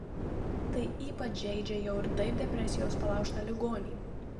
tai ypač žeidžia jau ir taip depresijos palaužtą ligonį